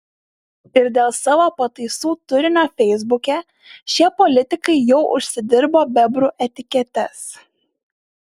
ir dėl savo pataisų turinio feisbuke šie politikai jau užsidirbo bebrų etiketes